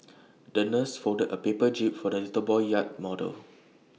the nurse folded A paper jib for the little boy's yacht model